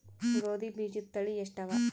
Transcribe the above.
ಗೋಧಿ ಬೀಜುದ ತಳಿ ಎಷ್ಟವ?